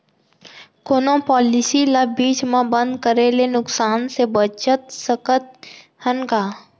कोनो पॉलिसी ला बीच मा बंद करे ले नुकसान से बचत सकत हन का?